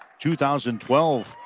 2012